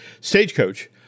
stagecoach